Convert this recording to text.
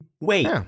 wait